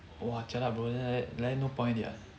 !wah! jialat bro then like that like that no point already ah